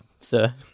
sir